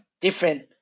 different